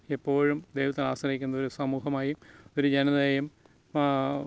എപ്പോഴും ദൈവത്തെ ആശ്രയിക്കുന്ന ഒരു സമൂഹമായും ഒരു ജനതയായും